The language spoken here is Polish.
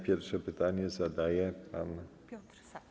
Pierwsze pytanie zadaje pan Piotr Sak.